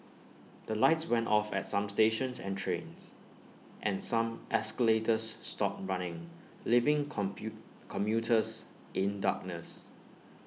the lights went off at some stations and trains and some escalators stopped running leaving compute commuters in darkness